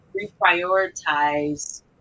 reprioritize